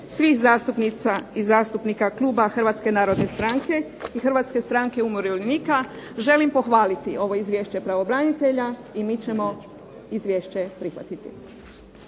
svih zastupnica i zastupnika kluba Hrvatske narodne stranke i Hrvatske stranke umirovljenika želim pohvaliti ovo Izvješće pravobranitelja i mi ćemo Izvješće prihvatiti.